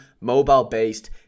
mobile-based